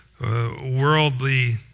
worldly